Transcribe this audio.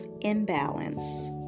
imbalance